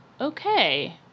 okay